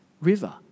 River